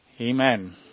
Amen